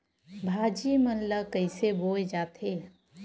भाजी मन ला कइसे बोए जाथे?